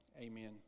Amen